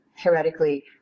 heretically